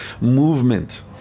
movement